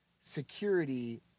security